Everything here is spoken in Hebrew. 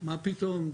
מה פתאום.